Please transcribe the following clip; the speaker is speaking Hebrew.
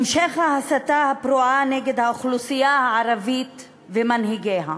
המשך ההסתה הפרועה נגד האוכלוסייה הערבית ומנהיגיה,